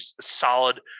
solid